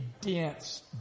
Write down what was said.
dense